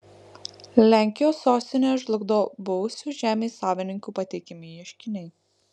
lenkijos sostinę žlugdo buvusių žemės savininkų pateikiami ieškiniai